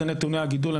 זה נתוני הגידול.